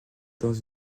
dans